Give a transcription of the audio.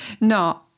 no